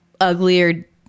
uglier